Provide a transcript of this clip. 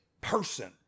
person